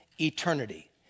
eternity